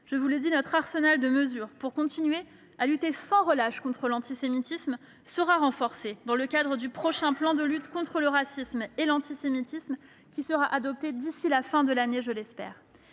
Je vous le dis, notre arsenal de mesures pour continuer à lutter sans relâche contre l'antisémitisme sera renforcé dans le cadre du prochain plan de lutte contre le racisme et l'antisémitisme qui sera adopté, je l'espère,